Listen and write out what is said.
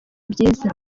byiza